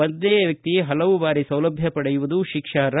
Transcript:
ಒಂದೇ ವ್ಯಕ್ತಿ ಪಲವು ಬಾರಿ ಸೌಲಭ್ಯ ಪಡೆಯುವುದು ಶಿಕ್ಷಾರ್ಹ